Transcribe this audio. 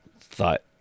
thought